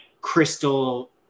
crystal